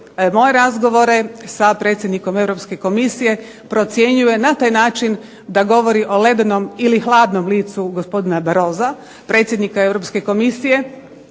moje razgovore sa predsjednikom Europske komisije procjenjuje na taj način da govori o ledenom ili hladnom licu gospodina Barrosa predsjednika Europske komisije,